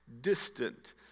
distant